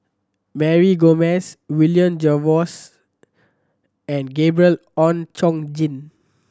Mary Gomes William Jervois and Gabriel Oon Chong Jin